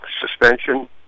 suspension